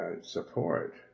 support